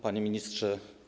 Panie Ministrze!